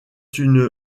une